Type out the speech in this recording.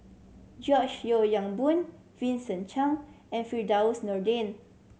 George Yeo Yong Boon Vincent Cheng and Firdaus Nordin